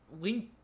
link